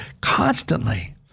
constantly